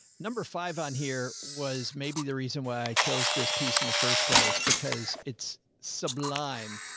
number five on here was maybe the reason why i chose this piece in the first place, because it's sublime.